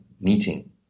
meeting